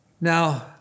Now